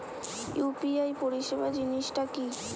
UPI পরিসেবা জিনিসটা কি?